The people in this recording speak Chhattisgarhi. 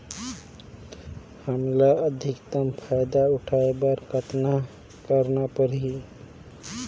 हमला अधिकतम फायदा उठाय बर कतना करना परही?